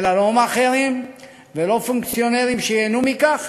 אין לה לא מאכערים ולא פונקציונרים שייהנו מכך.